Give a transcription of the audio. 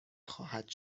خواهد